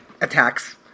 attacks